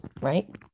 right